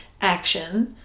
Action